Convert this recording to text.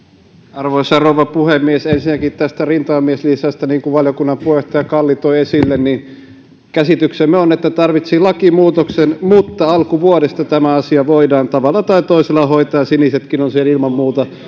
arvoisa rouva puhemies ensinnäkin tästä rintamamieslisästä niin kuin valiokunnan puheenjohtaja kalli toi esille käsityksemme on että se tarvitsisi lakimuutoksen mutta alkuvuodesta tämä asia voidaan tavalla tai toisella hoitaa ja sinisetkin ovat siihen ilman muuta